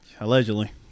Allegedly